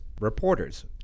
reporters